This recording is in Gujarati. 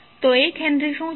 તો 1 હેનરી શું છે